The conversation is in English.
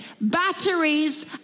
batteries